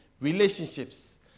relationships